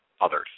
others